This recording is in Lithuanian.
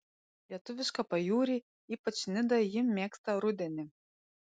lietuvišką pajūrį ypač nidą ji mėgsta rudenį